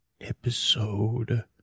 episode